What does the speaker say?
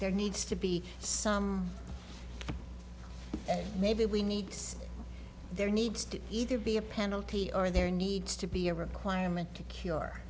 there needs to be some maybe we need to there needs to either be a penalty or there needs to be a requirement to cure